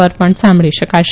પર પણ સાંભળી શકાશે